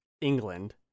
England